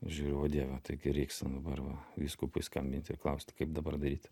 žiūriu o dieve taigi reiks ten dabar va vyskupui skambinti ir klausti kaip dabar daryt